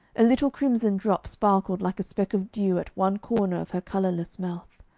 a little crimson drop sparkled like a speck of dew at one corner of her colourless mouth.